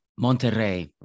Monterrey